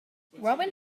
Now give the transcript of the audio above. robin